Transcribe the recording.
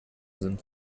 sind